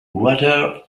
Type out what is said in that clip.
rather